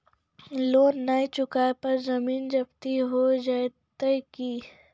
Loan न चुका पर जमीन जब्ती हो जैत की?